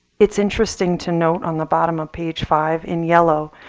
it's interesting to note on the bottom of page five in yellow,